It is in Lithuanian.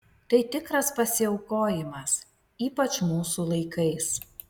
tai tikras pasiaukojimas ypač mūsų laikais